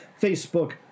Facebook